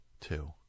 Two